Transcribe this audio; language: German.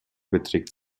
beträgt